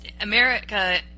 America